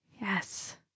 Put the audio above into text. yes